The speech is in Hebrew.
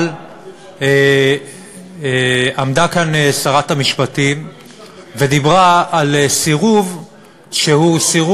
אבל עמדה כאן שרת המשפטים ודיברה על סירוב שהוא,